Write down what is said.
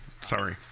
Sorry